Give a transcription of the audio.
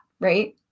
right